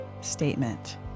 statement